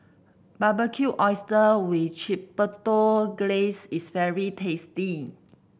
Barbecued Oysters with Chipotle Glaze is very tasty